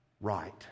right